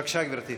בבקשה, גברתי.